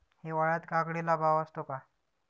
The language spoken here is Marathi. हिवाळ्यात काकडीला भाव असतो का?